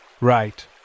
Right